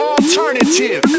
Alternative